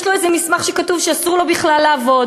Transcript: יש לו איזה מסמך שכתוב שאסור לו בכלל לעבוד,